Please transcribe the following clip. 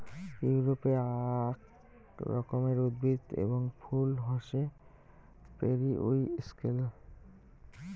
ইউরোপে আক রকমের উদ্ভিদ এবং ফুল হসে পেরিউইঙ্কেল